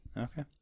Okay